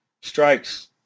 strikes